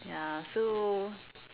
ya so